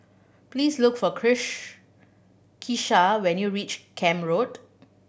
please look for Kisha when you reach Camp Road